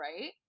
right